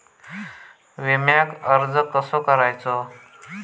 विम्याक अर्ज कसो करायचो?